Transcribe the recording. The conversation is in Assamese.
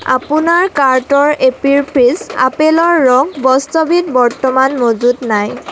আপোনাৰ কাৰ্টৰ এপী ফিজ আপেলৰ ৰস বস্তুবিধ বৰ্তমান মজুত নাই